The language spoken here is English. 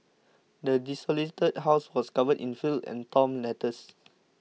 the desolated house was covered in filth and torn letters